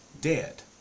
dead